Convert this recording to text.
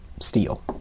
steel